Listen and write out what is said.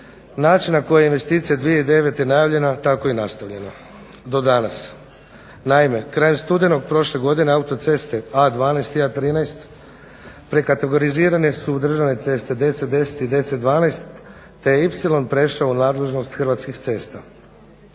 način na koji je investicija 2009. najavljena tako je i nastavljena do danas. Naime, krajem studenog prošle godine autoceste A12 i A13 prekategorizirane su u državne ceste, DC10 i DC12 te je Ipsilon prešao u nadležnost Hrvatskih cesta.